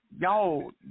Y'all